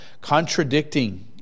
contradicting